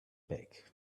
back